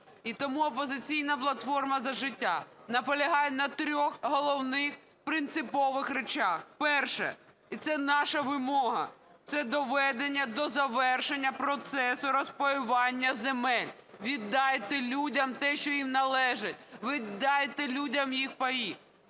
І тому "Опозиційна платформа – За життя" наполягає на трьох головних принципових речах: перше, і це наша вимога, це доведення до завершення процесу розпаювання земель. Віддайте людям те, що їм належить! Віддайте людям їх паї.